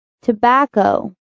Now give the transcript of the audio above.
Tobacco